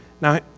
Now